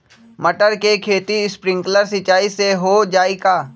मटर के खेती स्प्रिंकलर सिंचाई से हो जाई का?